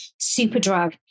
Superdrug